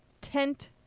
tent